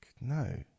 no